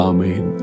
Amen